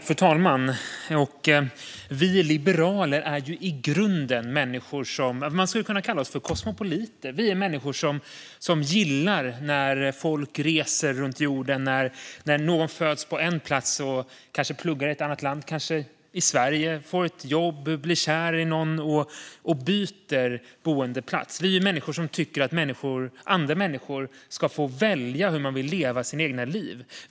Fru talman! Vi liberaler är i grunden människor som man skulle kunna kalla för kosmopoliter. Vi är människor som gillar när folk reser runt jorden - när någon föds på en plats, pluggar i ett annat land, kanske i Sverige, får ett jobb, blir kär i någon och byter boendeplats. Vi tycker att människor ska få välja hur de vill leva sina egna liv.